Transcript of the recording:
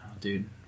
Dude